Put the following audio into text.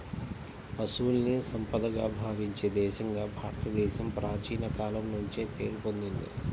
పశువుల్ని సంపదగా భావించే దేశంగా భారతదేశం ప్రాచీన కాలం నుంచే పేరు పొందింది